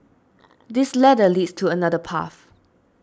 this ladder leads to another path